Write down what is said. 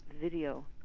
video